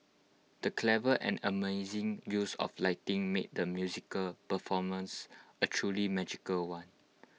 the clever and amazing use of lighting made the musical performance A truly magical one